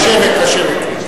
לשבת, לשבת.